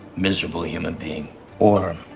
miserable human being or